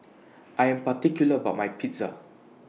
I Am particular about My Pizza